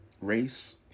race